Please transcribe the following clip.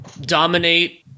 dominate